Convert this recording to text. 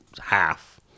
half